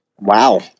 Wow